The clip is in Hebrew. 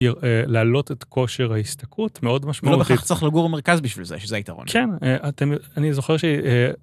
להעלות את כושר ההשתכרות מאוד משמעותית. ולא בהכרח צריך לגור מרכז בשביל זה, שזה היתרון. כן, אני זוכר ש...